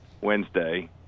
Wednesday